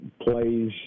plays